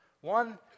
One